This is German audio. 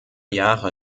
jahre